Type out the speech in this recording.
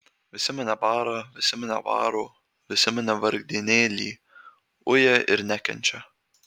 visi mane bara visi mane varo visi mane vargdienėlį uja ir nekenčia